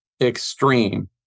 extreme